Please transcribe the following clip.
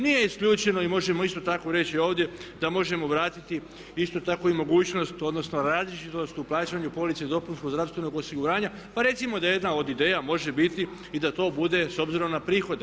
Nije isključeno, i možemo isto tako reći ovdje da možemo vratiti isto tako i mogućnost odnosno različitost u plaćanju police dopunskog zdravstvenog osiguranja, pa recimo da jedna od ideja može biti i da to bude s obzirom na prihode.